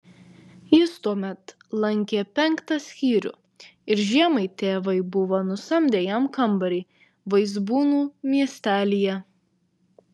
jis tuomet lankė penktą skyrių ir žiemai tėvai buvo nusamdę jam kambarį vaizbūnų miestelyje